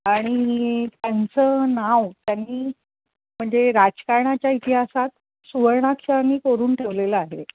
आणि त्यांचं नाव त्यांनी म्हणजे राजकारणाच्या इतिहासात सुवर्णाक्षरांनी कोरून ठेवलेलं आहे